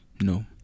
No